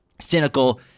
cynical